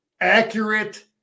accurate